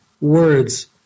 words